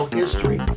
history